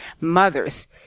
Mothers